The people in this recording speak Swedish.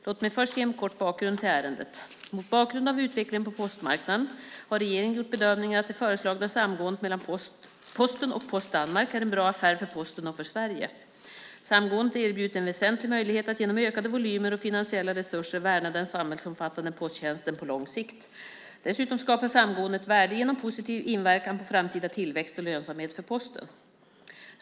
Låt mig först ge en kort bakgrund till ärendet. Mot bakgrund av utvecklingen på postmarknaden har regeringen gjort bedömningen att det föreslagna samgåendet mellan Posten och Post Danmark är en bra affär för Posten och för Sverige. Samgåendet erbjuder en väsentlig möjlighet att genom ökade volymer och finansiella resurser värna den samhällsomfattande posttjänsten på lång sikt. Dessutom skapar samgåendet värde genom positiv inverkan på framtida tillväxt och lönsamhet för Posten.